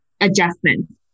adjustments